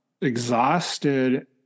exhausted